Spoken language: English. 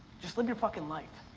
just live your fucking life.